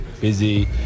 Busy